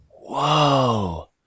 Whoa